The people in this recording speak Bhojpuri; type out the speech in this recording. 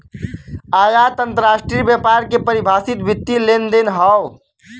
आयात अंतरराष्ट्रीय व्यापार के परिभाषित वित्तीय लेनदेन हौ